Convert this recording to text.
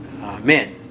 Amen